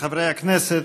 חברי הכנסת,